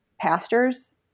pastors